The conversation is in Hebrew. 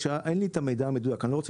אין לי את המידע המדויק; אני לא רוצה